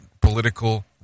political